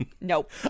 Nope